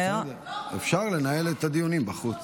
אפשר לנהל את הדיונים בחוץ.